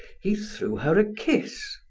he threw her a kiss,